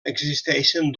existeixen